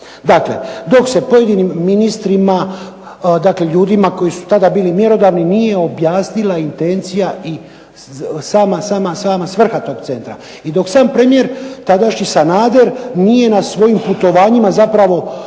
Dakle dok se pojedinim ministrima, dakle ljudima koji su tada bili mjerodavni nije objasnila intencija i sama svrha tog centra i dok sam premijer tadašnji Sanader nije na svojim putovanjima zapravo